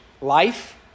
life